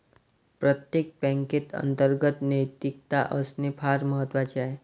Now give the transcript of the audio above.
प्रत्येक बँकेत अंतर्गत नैतिकता असणे फार महत्वाचे आहे